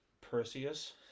perseus